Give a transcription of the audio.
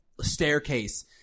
staircase